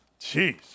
Jeez